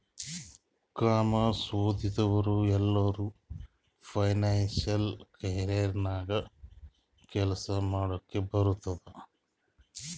commerce ಓದಿದವ್ರು ಎಲ್ಲರೂ financial career ನಾಗೆ ಕೆಲ್ಸಾ ಮಾಡ್ಲಕ್ ಬರ್ತುದ್